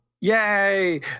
Yay